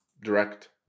direct